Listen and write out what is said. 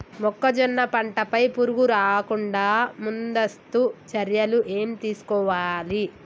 మొక్కజొన్న పంట పై పురుగు రాకుండా ముందస్తు చర్యలు ఏం తీసుకోవాలి?